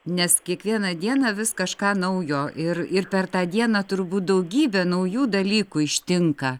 nes kiekvieną dieną vis kažką naujo ir ir per tą dieną turbūt daugybę naujų dalykų ištinka